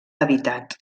habitat